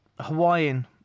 Hawaiian